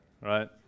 right